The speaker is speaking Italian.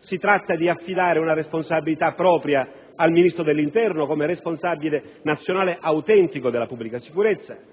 Si tratta di affidare una responsabilità propria al Ministro dell'interno, come autentico responsabile nazionale della pubblica sicurezza; si tratta